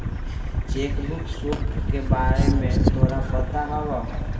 Cheque book शुल्क के बारे में तोरा पता हवा?